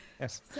Yes